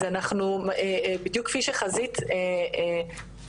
אז בדיוק כפי שחזית קודם,